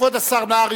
כבוד השר נהרי,